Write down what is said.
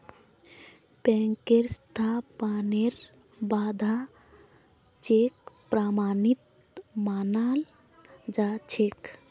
बैंकेर सत्यापनेर बा द चेक प्रमाणित मानाल जा छेक